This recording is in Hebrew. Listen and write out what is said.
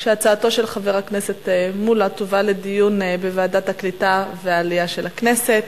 שהצעתו של חבר הכנסת מולה תובא לדיון בוועדת העלייה והקליטה של הכנסת.